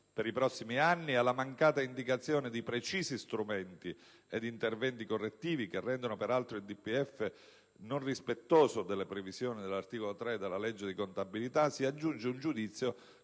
per i prossimi anni e alla mancata indicazione di precisi strumenti ed interventi correttivi, che rendono peraltro il DPEF non rispettoso delle previsioni dell'articolo 3 della legge di contabilità, si aggiunge un giudizio,